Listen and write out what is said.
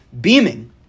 beaming